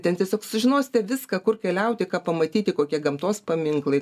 ten tiesiog sužinosite viską kur keliauti ką pamatyti kokie gamtos paminklai